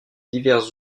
divers